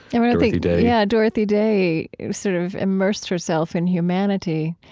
and dorothy day yeah. dorothy day sort of immersed herself in humanity,